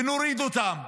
ונוריד אותם,